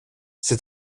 c’est